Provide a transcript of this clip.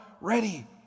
ready